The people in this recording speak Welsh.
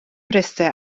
mryste